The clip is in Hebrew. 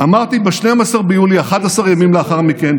אמרתי ב-12 ביולי, 11 ימים לאחר מכן: